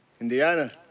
Indiana